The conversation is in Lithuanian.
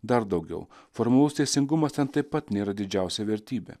dar daugiau formalus teisingumas ten taip pat nėra didžiausia vertybė